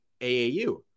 AAU